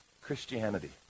Christianity